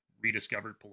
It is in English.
rediscovered